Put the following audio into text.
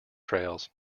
trails